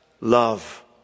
love